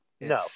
No